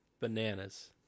Bananas